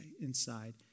inside